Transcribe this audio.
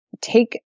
take